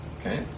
Okay